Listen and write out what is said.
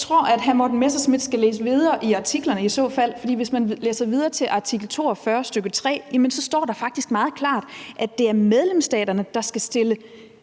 Jeg tror, at hr. Morten Messerschmidt skal læse videre i artiklerne i så fald, for hvis man læser videre til artikel 42, stk. 3, står der faktisk meget klart, at det er medlemsstaterne, der skal stille